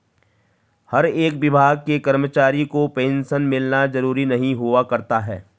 हर एक विभाग के कर्मचारी को पेन्शन मिलना जरूरी नहीं हुआ करता है